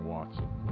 Watson